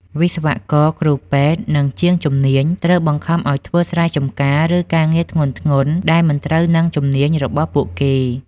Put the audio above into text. វិស្វករ គ្រូពេទ្យ និងជាងជំនាញត្រូវបង្ខំឱ្យធ្វើស្រែចម្ការ ឬការងារធ្ងន់ៗដែលមិនត្រូវនឹងជំនាញរបស់ពួកគេ។